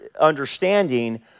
understanding